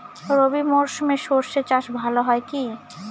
রবি মরশুমে সর্ষে চাস ভালো হয় কি?